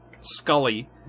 Scully